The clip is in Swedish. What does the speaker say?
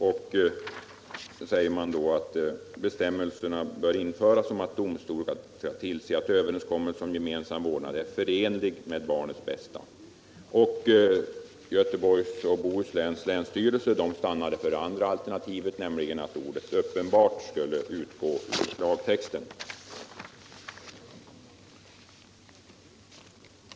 Vidare sägs det att bestämmelser bör införas om att domstol skall tillse att överenskommelse om gemensam vårdnad är förenlig med barnets bästa. Länsstyrelsen i Göteborgs och Bohus län stannade för det andra alternativet, nämligen att ordet uppenbart skulle utgå ur lagtexten.